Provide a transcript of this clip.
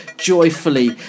joyfully